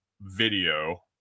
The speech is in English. video